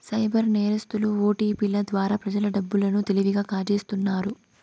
cyber నేరస్తులు ఓటిపిల ద్వారా ప్రజల డబ్బు లను తెలివిగా కాజేస్తున్నారు